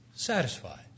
Satisfied